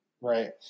right